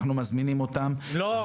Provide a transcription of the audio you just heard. אנחנו מזמינים אותם -- לא,